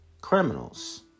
criminals